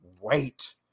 wait